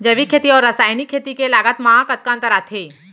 जैविक खेती अऊ रसायनिक खेती के लागत मा कतना अंतर आथे?